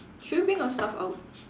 should we bring our stuff out